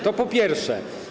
To po pierwsze.